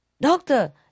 Doctor